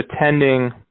attending